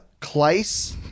Kleiss